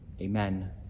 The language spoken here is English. Amen